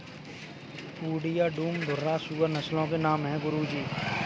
पूर्णिया, डूम, घुर्राह सूअर नस्लों के नाम है गुरु जी